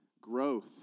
growth